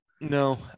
No